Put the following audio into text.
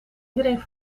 iedereen